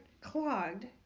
clogged